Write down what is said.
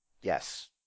Yes